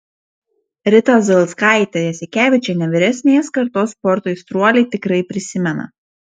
ritą zailskaitę jasikevičienę vyresnės kartos sporto aistruoliai tikrai prisimena